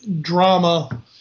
drama